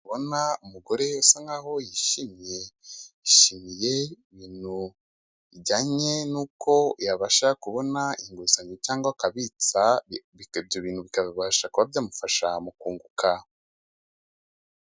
Ndabona umugore usa nkaho yishimye, yishimiye ibintu ijyanye n'uko yabasha kubona inguzanyo cyangwa akabitsa ibyo bintu bikabasha kuba byamufasha mu kunguka.